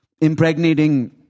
impregnating